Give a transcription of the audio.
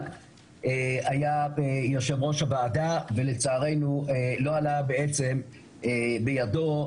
היה יו"ר הוועדה ולצערנו לא עלה בעצם בידו,